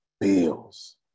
bills